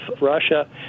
russia